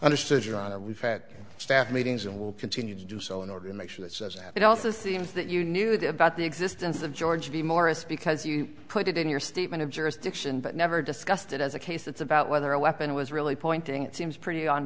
we fat staff meetings and will continue to do so in order to make sure that says that it also seems that you knew about the existence of george v morris because you put it in your statement of jurisdiction but never discussed it as a case that's about whether a weapon was really pointing it seems pretty on